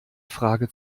frage